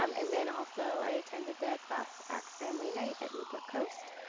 um and then also i attended the class act family night at newport coast,